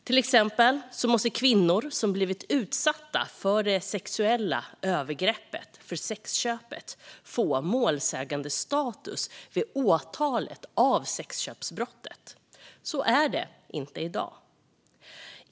Till exempel måste kvinnan som blivit utsatt för det sexuella övergreppet, för sexköpet, få målsägandestatus vid åtalet för sexköpsbrottet. Så är det inte i dag.